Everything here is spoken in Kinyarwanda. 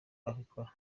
abikora